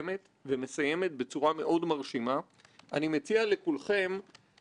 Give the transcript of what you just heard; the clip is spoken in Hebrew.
תודה לכם חבריי חברי הוועדה, באמת כל הכבוד.